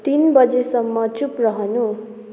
तिन बजेसम्म चुप रहनु